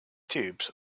tubes